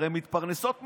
הרי הן מתפרנסות מזה,